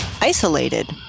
isolated